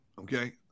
Okay